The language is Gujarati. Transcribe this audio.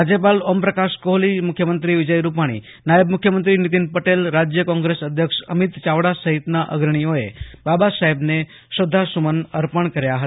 રાજ્યપાલ ઓમપ્રકાશ કોહલી મુખ્યમંત્રી વિજય રૂપાણી નાયબ મુખ્યમંત્રી નીતિન પટેલ રાજ્ય કોંગ્રેસ અધ્યક્ષ અમીત ચાવડા સહિતના અગ્રણીઓએ બાબા સાહેબને શ્રધ્ધાસુમન અર્પણ કર્યા હતા